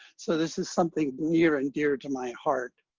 so this is something near and dear to my heart.